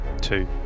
Two